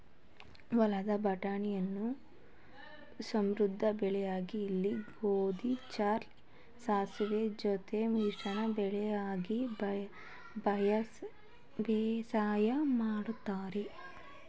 ಹೊಲದ ಬಟಾಣಿಯನ್ನು ಶುದ್ಧಬೆಳೆಯಾಗಿ ಇಲ್ಲವೆ ಗೋಧಿ ಬಾರ್ಲಿ ಸಾಸುವೆ ಜೊತೆ ಮಿಶ್ರ ಬೆಳೆಯಾಗಿ ಬೇಸಾಯ ಮಾಡ್ತರೆ